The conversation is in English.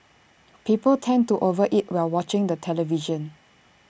people tend to over eat while watching the television